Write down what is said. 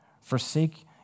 forsake